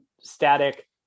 static